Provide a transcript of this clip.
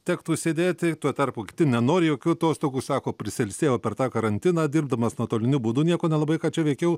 tektų sėdėti tuo tarpu kiti nenori jokių atostogų sako prisiilsėjau per tą karantiną dirbdamas nuotoliniu būdu nieko nelabai ką čia veikiau